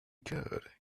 curd